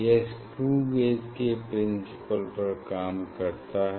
यह screw gauge के principle पर काम करता है